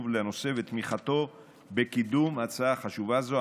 לנושא ועל תמיכתו בקידום הצעה חשובה זו.